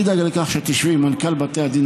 אני אדאג לכך שתשבי עם מנכ"ל בתי הדין